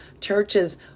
churches